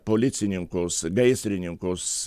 policininkus gaisrininkus